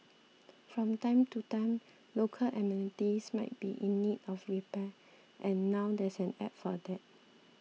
from time to time local amenities might be in need of repair and now there's an App for that